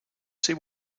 see